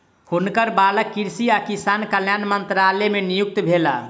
हुनकर बालक कृषि आ किसान कल्याण मंत्रालय मे नियुक्त भेला